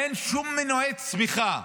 אין שום מנועי צמיחה.